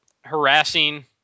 harassing